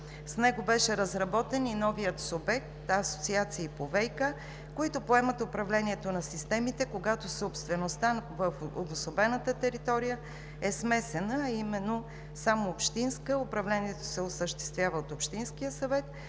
С него беше разработен и новият субект „Асоциации по ВиК“, които поемат управлението на системите, когато собствеността в обособената територия е смесена, а именно само общинска – управлението се осъществява от общинския съвет.